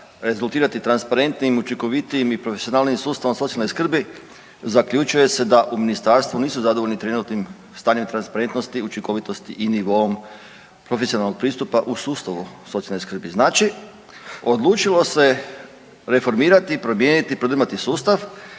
rezultirati transparentnijim, učinkovitijim i profesionalnijim sustavom socijalne skrbi, zaključuje se da u ministarstvu nisu zadovoljni trenutnim stanjem transparentnosti, učinkovitosti i nivoom profesionalnom pristupa u sustavu socijalne skrbi. Znači odlučilo se reformirati i promijeniti, prodrmati sustav